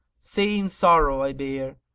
same sorrow i bear,